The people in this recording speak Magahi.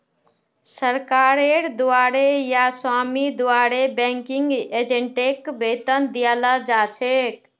सरकारेर द्वारे या स्वामीर द्वारे बैंकिंग एजेंटक वेतन दियाल जा छेक